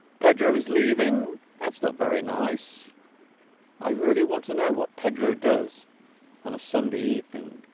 pedro is leaving that's not very nice i really want to know what pedro does on a sunday evening